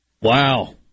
Wow